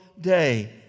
day